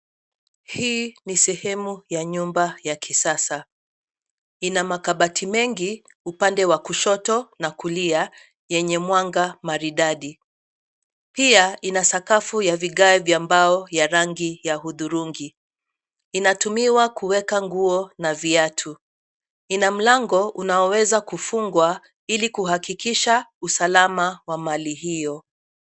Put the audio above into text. Hii ni sehemu ya nyumba ya kisasa. Ina makabati mengi, upande wa kushoto na kulia, yenye mwanga maridadi. Pia, ina sakafu ya vigae vya mbao, ya rangi ya hudhurungi. Inatumiwa kuweka nguo na viatu. Ina mlango, unaoweza kufungwa, ili kuhakikisha usalama wa mali hiyo.